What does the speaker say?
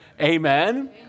Amen